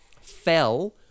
Fell